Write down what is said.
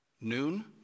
noon